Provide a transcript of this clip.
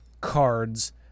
cards